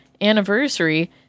anniversary